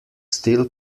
still